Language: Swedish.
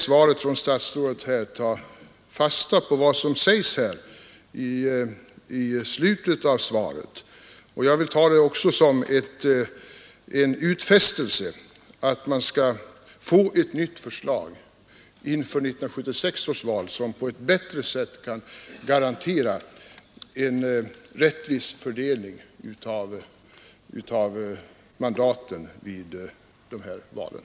Jag tar fasta på vad som sägs i slutet av statsrådets svar — jag betraktar detta som en utfästelse att vi skall få ett nytt förslag inför 1976 års val, som på ett bättre sätt kan garantera en rättvis fördelning av mandaten.